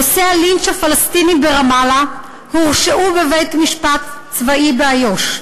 עושי הלינץ' הפלסטיני ברמאללה הורשעו בבית-משפט צבאי באיו"ש,